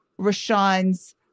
Rashawn's